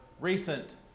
recent